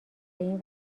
این